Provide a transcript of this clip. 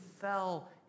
fell